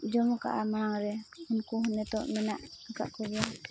ᱡᱚᱢ ᱠᱟᱜᱼᱟ ᱢᱟᱲᱟᱝ ᱨᱮ ᱩᱱᱠᱩ ᱦᱚᱸ ᱱᱤᱛᱳᱜ ᱢᱮᱱᱟᱜ ᱟᱠᱟᱫ ᱠᱚᱜᱮᱭᱟ